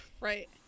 Right